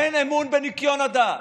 אין אמון בניקיון הדת,